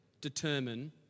determine